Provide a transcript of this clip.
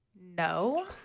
No